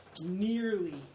nearly